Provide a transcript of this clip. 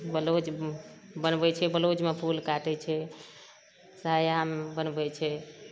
blouse एगो बनबै छै बलाउजमे फूल काटै छै साया बनबै छै